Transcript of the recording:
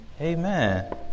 amen